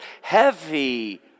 heavy